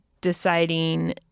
deciding